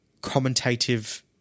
commentative